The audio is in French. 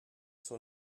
sur